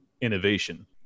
innovation